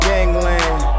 Gangland